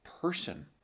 person